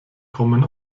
kommen